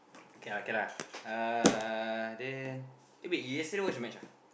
k lah k lah uh then eh wait you yesterday watch the match ah